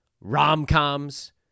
Rom-coms